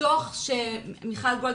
הדוח שמיכל גולד,